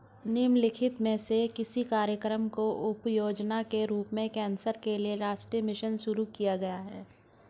निम्नलिखित में से किस कार्यक्रम को उपयोजना के रूप में कैंसर के लिए राष्ट्रीय मिशन शुरू किया गया है?